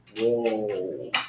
Whoa